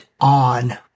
on